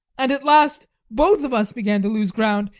and at last both of us began to lose ground.